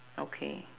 okay